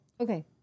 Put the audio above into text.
Okay